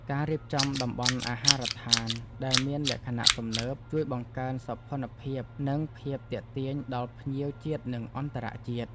ការរៀបចំតំបន់អាហារដ្ឋានដែលមានលក្ខណៈទំនើប ជួយបង្កើនសោភ័ណភាពនិងភាពទាក់ទាញដល់ភ្ញៀវជាតិនិងអន្តរជាតិ។